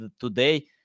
today